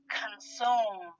consume